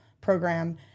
program